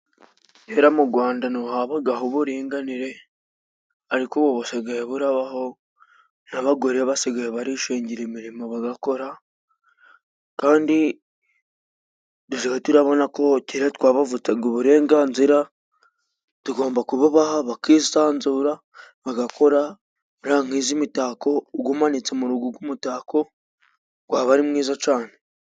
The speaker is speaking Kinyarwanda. Kera mu Gwanda ntihabagaho uburinganire, ariko ubu busigaye burabaho, n'abagore basigaye barishingira imirimo bagakora. Kandi dusigaye turabona ko kera twabavutsaga uburenganzira, tugomba kububaha bakisanzura bagakora. Reba nk'izi mitako, ugumanitse mu rugo ug'umutako gwaba ari mwiza cane.